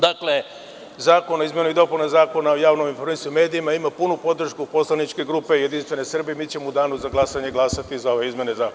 Dakle, Zakon o izmenama i dopunama Zakona o javnom informisanju i medijima, ima punu podršku poslaničke grupe JS i mi ćemo u Danu za glasanje glasati za ove izmene zakona.